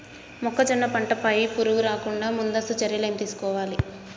మొక్కజొన్న పంట పై పురుగు రాకుండా ముందస్తు చర్యలు ఏం తీసుకోవాలి?